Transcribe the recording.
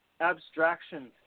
abstraction